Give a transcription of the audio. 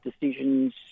decisions